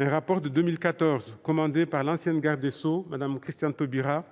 Un rapport de 2014, commandé par l'ancienne garde des sceaux, Mme Christiane Taubira,